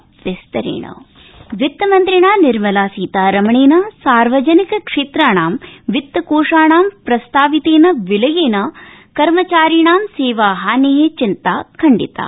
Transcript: वितमन्त्री वित मन्त्रिणा निर्मला सीतारमणेन सार्वजनिक क्षेत्राणां वित्तकोषाणां प्रस्तावितेन विलयेन कर्मचारिणां सेवाहाने चिन्ता खण्डिता